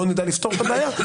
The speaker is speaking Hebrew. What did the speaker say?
לא נדע לפתור את הבעיה.